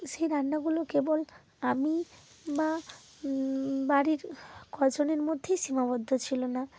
সেই রান্নাগুলো কেবল আমি বা বাড়ির কজনের মধ্যেই সীমাবদ্ধ ছিল না